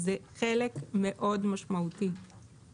זה חלק מאוד משמעותי,